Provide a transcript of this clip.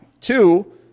Two